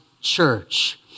church